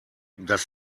das